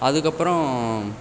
அதுக்கப்புறம்